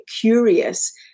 curious